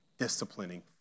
disciplining